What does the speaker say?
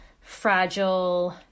fragile